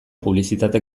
publizitate